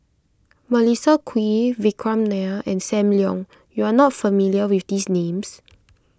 Melissa Kwee Vikram Nair and Sam Leong you are not familiar with these names